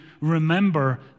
remember